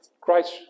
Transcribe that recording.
Christ